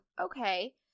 okay